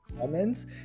comments